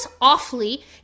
awfully